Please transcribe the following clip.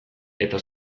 eta